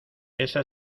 esa